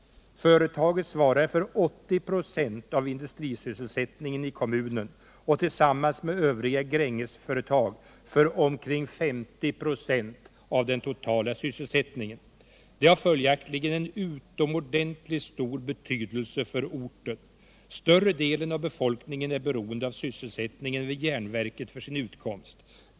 Företaget svarar för 80 96 av industrisysselsättningen i kommunen och tillsammans med övriga Grängesföretag för omkring 50 96 av den totala sysselsättningen. Det har följaktligen utomordentligt stor betydelse för orten. Större delen av befolkningen är — direkt eller indirekt — beroende av sysselsättningen vid järnverket för sin utkomst.